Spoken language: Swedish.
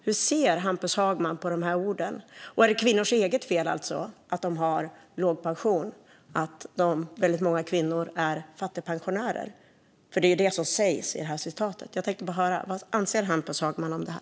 Hur ser Hampus Hagman på de här orden? Är det alltså kvinnors eget fel att de har låg pension och att många av dem är fattigpensionärer? Det är ju det som sägs i det här uttalandet. Jag tänkte bara höra: Vad anser Hampus Hagman om det här?